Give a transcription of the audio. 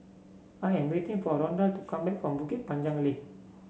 I am waiting for Rondal to come back from Bukit Panjang Link